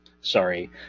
Sorry